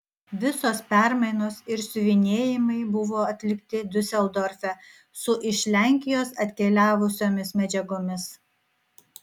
visos permainos ir siuvinėjimai buvo atlikti diuseldorfe su iš lenkijos atkeliavusiomis medžiagomis